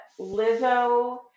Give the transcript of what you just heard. Lizzo